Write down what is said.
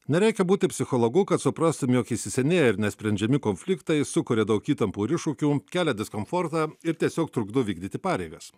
nereikia būti psichologu kad suprastum jog įsisenėję ir nesprendžiami konfliktai sukuria daug įtampų ir iššūkių kelia diskomfortą ir tiesiog trukdo vykdyti pareigas